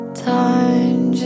time